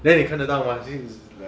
neh 你看得到 ah